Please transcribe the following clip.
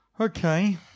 Okay